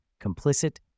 complicit